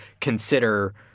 consider